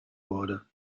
wurde